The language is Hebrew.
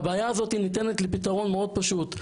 והבעיה הזאת ניתנת לפתרון מאוד פשוט,